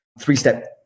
three-step